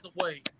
away